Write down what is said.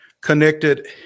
connected